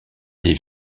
des